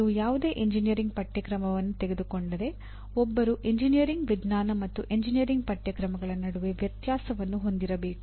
ನೀವು ಯಾವುದೇ ಎಂಜಿನಿಯರಿಂಗ್ ಪಠ್ಯಕ್ರಮವನ್ನು ತೆಗೆದುಕೊಂಡರೆ ಒಬ್ಬರು ಎಂಜಿನಿಯರಿಂಗ್ ವಿಜ್ಞಾನ ಮತ್ತು ಎಂಜಿನಿಯರಿಂಗ್ ಪಠ್ಯಕ್ರಮಗಳ ನಡುವೆ ವ್ಯತ್ಯಾಸವನ್ನು ಹೊಂದಿರಬೇಕು